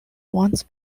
once